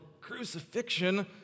crucifixion